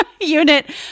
unit